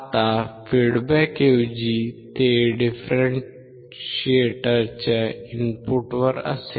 आता फीडबॅकऐवजी ते डिफरेंशिएटरच्या इनपुटवर असेल